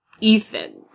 Ethan